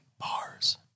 Bars